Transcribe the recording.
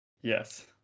Yes